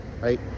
right